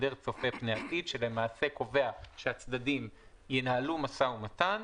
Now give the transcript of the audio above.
הסדר צופה פני העתיד שלמעשה קובע שהצדדים ינהלו משא ומתן